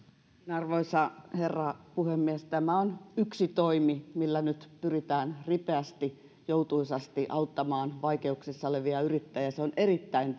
arvoisa herra puhemies tämä on yksi toimi millä nyt pyritään ripeästi joutuisasti auttamaan vaikeuksissa olevia yrittäjiä se on erittäin